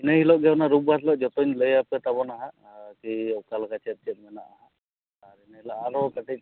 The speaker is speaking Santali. ᱤᱱᱟᱹ ᱦᱤᱞᱳᱜ ᱜᱮ ᱚᱱᱟ ᱨᱳᱵᱽᱵᱟᱨ ᱦᱤᱞᱳᱜ ᱡᱷᱚᱛᱚᱧ ᱞᱟᱹᱭᱟᱯᱮ ᱛᱟᱵᱚᱱᱟ ᱦᱟᱸᱜ ᱟᱨᱠᱤ ᱚᱠᱟ ᱞᱮᱠᱟ ᱪᱮᱫ ᱪᱮᱫ ᱢᱮᱱᱟᱜᱼᱟ ᱦᱟᱸᱜ ᱟᱨ ᱤᱱᱟᱹᱦᱤᱞᱳᱜ ᱟᱨᱚ ᱠᱟᱹᱴᱤᱡ